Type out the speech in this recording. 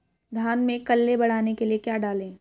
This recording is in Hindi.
धान में कल्ले बढ़ाने के लिए क्या डालें?